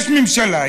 יש ממשלה,